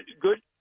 good